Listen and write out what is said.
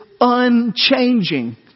unchanging